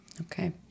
okay